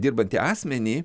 dirbantį asmenį